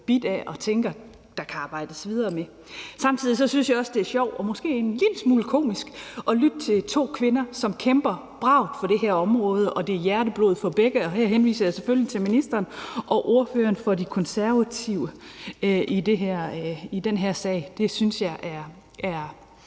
som jeg tænker der kan arbejdes videre med. Samtidig synes jeg også, det er sjovt og måske en lille smule komisk at lytte til to kvinder, som kæmper bravt for det her område, og hvor begge har det som hjerteblod. Her henviser jeg selvfølgelig til ministeren og ordføreren for De Konservative i den her sag. Det synes jeg er